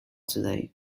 today